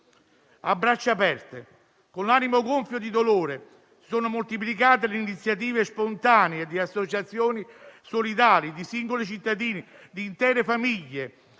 A braccia aperte, con l'animo gonfio di dolore, si sono moltiplicate le iniziative spontanee di associazioni solidali, di singoli cittadini, di intere famiglie,